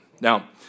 Now